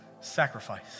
sacrifice